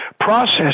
process